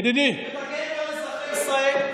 ידידי, באזרחי ישראל?